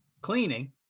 cleaning